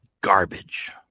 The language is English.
garbage